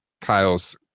Kyle's